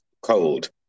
Cold